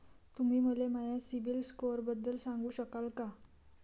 तुम्ही मले माया सीबील स्कोअरबद्दल सांगू शकाल का?